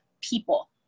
people